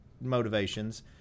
motivations